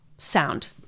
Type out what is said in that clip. sound